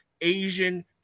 Asian